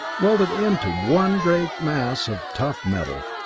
welded into one great mass of tough metal,